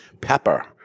pepper